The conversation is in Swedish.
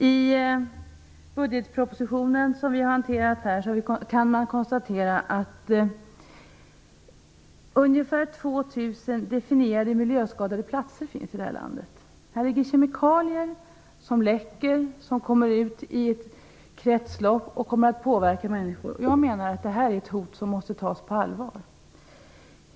I budgetpropositionen kan man konstatera att det finns ungefär tvåtusen definierade miljöskadade platser här i landet. På vissa platser finns kemikalier som läcker och kommer ut i ett kretslopp och påverkar människor. Detta är ett hot som måste tas på allvar.